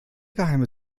geheime